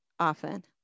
often